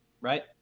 right